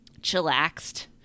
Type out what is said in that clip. chillaxed